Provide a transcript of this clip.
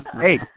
Hey